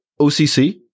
occ